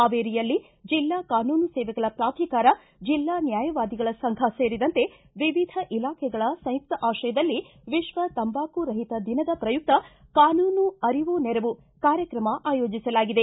ಹಾವೇರಿಯಲ್ಲಿ ಜಿಲ್ಲಾ ಕಾನೂನು ಸೇವೆಗಳ ಪ್ರಾಧಿಕಾರ ಜಿಲ್ಲಾ ನ್ನಾಯವಾದಿಗಳ ಸಂಘ ಸೇರಿದಂತೆ ವಿವಿಧ ಇಲಾಖೆಗಳ ಸಂಯುಕಾಶ್ರಯದಲ್ಲಿ ವಿತ್ನ ತಂಬಾಕು ರಹಿತ ದಿನದ ಪ್ರಯುಕ್ನ ಕಾನೂನು ಅರಿವು ನೆರವು ಕಾರ್ಯಕ್ರಮ ಆಯೋಜಿಸಲಾಗಿದೆ